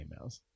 emails